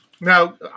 Now